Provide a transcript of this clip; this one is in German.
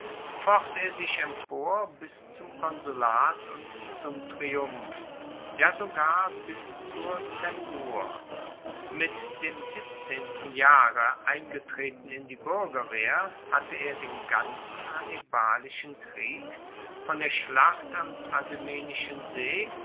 focht er sich empor bis zum konsulat und zum triumph ja sogar bis zur zensur mit dem siebzehnten jahre eingetreten in die buergerwehr hatte er den ganzen hannibalischen krieg von der schlacht am trasimenischen see